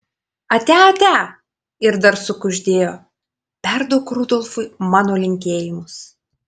atia atia ir dar sukuždėjo perduok rudolfui mano linkėjimus